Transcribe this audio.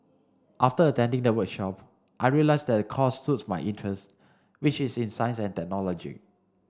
after attending the workshop I realised that the course suits my interest which is in science and technology